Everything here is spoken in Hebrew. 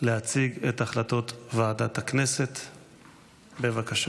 להציג את החלטות ועדת הכנסת, בבקשה.